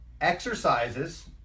exercises